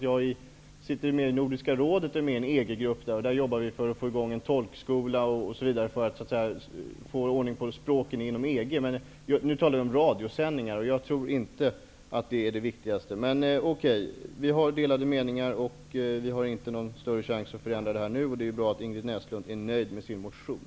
Jag sitter med i Nordiska rådet i en EG-grupp, och där jobbar vi med att bl.a. få i gång en tolkskola för att få ordning på hur vi skall ställa oss i fråga om språken inom EG. Men nu talar vi om radiosändningar, och jag tror inte att det som Ingrid Näslund tar upp här är det viktigaste. Vi har delade meningar om detta, och vi har ingen större chans att förändra något nu. Det är bra att Ingrid Näslund är nöjd med sin motion.